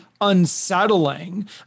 unsettling